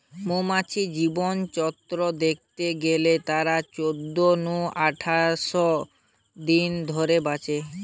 মৌমাছির জীবনচক্র দ্যাখতে গেলে তারা চোদ্দ নু আঠাশ দিন ধরে বাঁচে